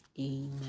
Amen